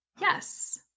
Yes